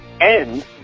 end